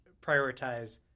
prioritize